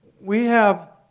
we have,